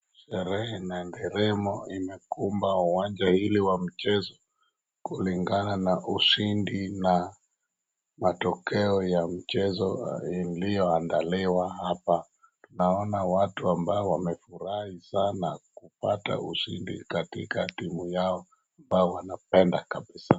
Sherehe na nderemo imekumba uwanja hili wa mchezo kulingana na ushindi na matokjeo ya mchezo uliyo andaliwa hapa. Tunaona watu ambao wamefurahi sana kupata ushindi katika timu yao ambao wanapenda kabisa.